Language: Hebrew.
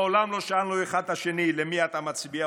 מעולם לא שאלנו אחד את השני: למי אתה מצביע,